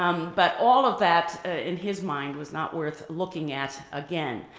um but all of that, in his mind, was not worth looking at again.